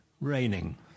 raining